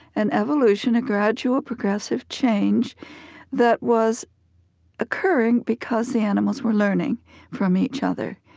an evolution a gradual progressive change that was occurring, because the animals were learning from each other.